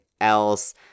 else